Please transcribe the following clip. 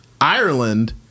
Ireland